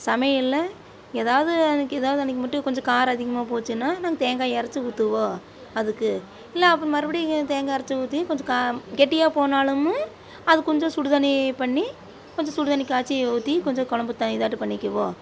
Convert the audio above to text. சமையலில் ஏதாவது எனக்கு ஏதாவது அன்றைக்கி மட்டும் கொஞ்சம் காரம் அதிகமாக போச்சுன்னால் நாங்கள் தேங்காய் அரைச்சி ஊற்றுவோம் அதுக்கு இல்லை அப்போது மறுபடியும் தேங்காய் அரைச்சி ஊற்றியும் கொஞ்சம் காம் கெட்டியாக போனாலும் அது கொஞ்சம் சுடு தண்ணி பண்ணி கொஞ்சம் சுடு தண்ணி காய்ச்சி ஊற்றி கொஞ்சம் குழம்பு இதாட்டம் பண்ணிக்குவோம்